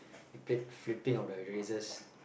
we played flicking on the erasers